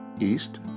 east